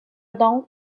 donc